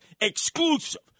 exclusive